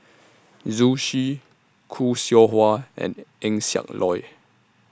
Zhu Xu Khoo Seow Hwa and Eng Siak Loy